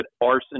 arson